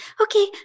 okay